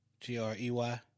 T-R-E-Y